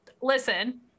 listen